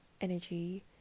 energy